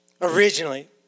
originally